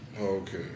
Okay